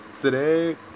today